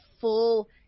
full